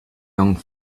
young